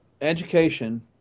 education